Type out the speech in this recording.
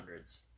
1900s